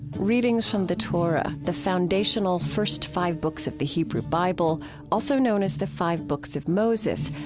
readings from the torah, the foundational first five books of the hebrew bible also known as the five books of moses,